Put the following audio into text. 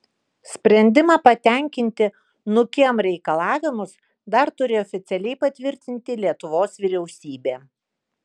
sprendimą patenkinti nukem reikalavimus dar turi oficialiai patvirtinti lietuvos vyriausybė